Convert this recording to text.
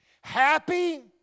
happy